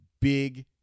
big